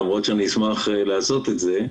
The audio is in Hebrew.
למרות שאני אשמח לעשות את זה.